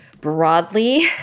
broadly